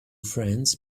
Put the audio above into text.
friends